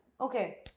Okay